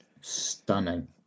stunning